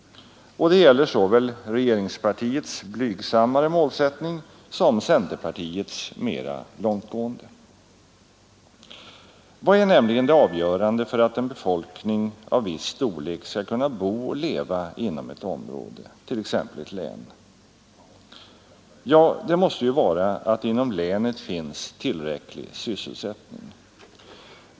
Och det gäller såväl regeringspartiets blygsammare målsättning som centerpartiets mera långtgående. Vad är nämligen det avgörande för att en befolkning av viss storlek skall kunna bo och leva inom ett område, t.ex. ett län? Jo, det måste ju vara att det inom länet finns tillräcklig sysselsättning.